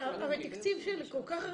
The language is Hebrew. הרי התקציב הוא כל כך הרבה,